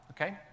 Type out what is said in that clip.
okay